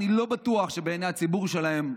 אני לא בטוח שבעיני הציבור שלהם,